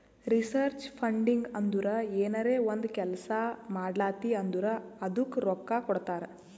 research funding ಅಂದುರ್ ಏನರೇ ಒಂದ್ ಕೆಲ್ಸಾ ಮಾಡ್ಲಾತಿ ಅಂದುರ್ ಅದ್ದುಕ ರೊಕ್ಕಾ ಕೊಡ್ತಾರ್